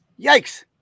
Yikes